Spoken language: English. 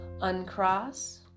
uncross